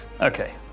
Okay